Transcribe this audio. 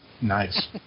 Nice